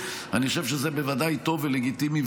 אני חושב שזה בוודאי טוב ולגיטימי,